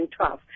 2012